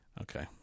Okay